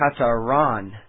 kataran